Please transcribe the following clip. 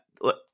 look